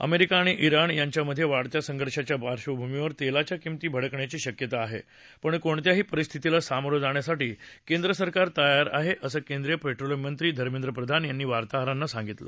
America आणि Iran यांच्या मध्ये वाढत्या संघर्षांच्या पार्कभूमीवर तेलाच्या किमती भडकण्याची शक्यता आहे पण कोणत्याही परिस्थितीला सामोरं जाण्यासाठी केंद्र सरकार तयार आहे असं केंद्रीय पेट्रोलियम मंत्री धर्मेंद्र प्रधान यांनी वार्ताहरांना सांगितलं